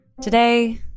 Today